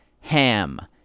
Ham